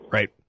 Right